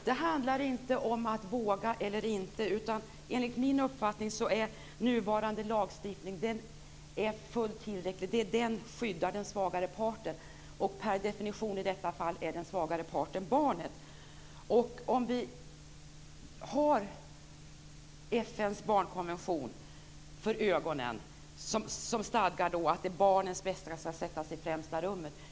Herr talman! Det handlar inte om att våga eller inte. Enligt min uppfattning är nuvarande lagstiftning fullt tillräcklig. Den skyddar den svagare parten. Den svagare parten är per definition i detta fall barnet. FN:s barnkonvention stadgar att barnets bästa skall sättas i främsta rummet.